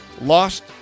Lost